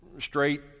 straight